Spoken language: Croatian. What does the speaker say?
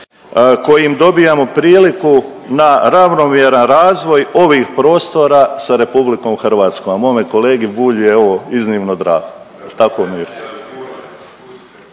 kojim dobijamo priliku na ravnomjeran razvoj ovih prostora sa Republikom Hrvatskom. Mome kolegi Bulju je ovo iznimno drago. Jel' tako